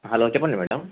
hello చెప్పండి madam